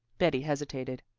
betty hesitated.